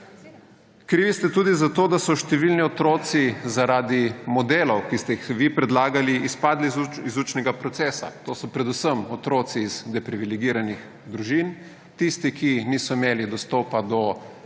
Krivi ste tudi zato, da so številni otroci zaradi modelov, ki ste jih vi predlagali, izpadli iz učnega procesa. To so predvsem otroci iz deprivilegiranih družin, tisti, ki niso imeli dostopa do